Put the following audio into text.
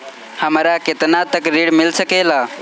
हमरा केतना तक ऋण मिल सके ला?